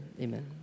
Amen